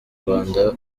rwanda